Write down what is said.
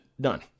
done